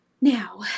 Now